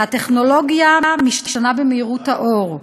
והטכנולוגיה משתנה במהירות האור.